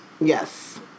Yes